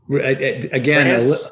again